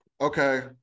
Okay